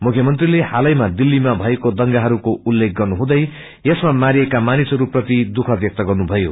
मुख्यमंत्रीले हालैमा दिलीमा भएको दंगाहरूको उत्लेख गर्नुहुँदै यसम मारिएका मानिसहरू प्रति दुःख व्यक्त गर्नुभयो